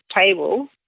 table –